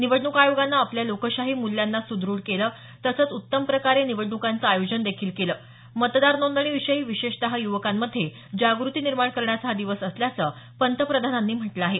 निवडणूक आयोगानं आपल्या लोकशाही मूल्यांना सुद्रढ केलं तसंच उत्तम प्रकारे निवडणुकांचं आयोजन देखील केलं मतदार नोंदणी विषयी विशेषतः युवकांमध्ये जाग़ती निर्माण करण्याचा हा दिवस असल्याचं पंतप्रधानांनी म्हटलं आहे